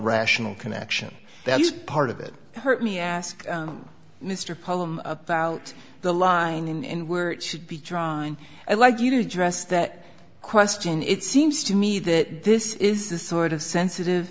rational connection that is part of it hurt me ask mr poem about the line and where it should be drawn i like you to dress that question it seems to me that this is the sort of sensitive